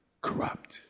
corrupt